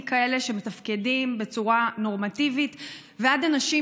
מכאלה שמתפקדים בצורה נורמטיבית ועד אנשים,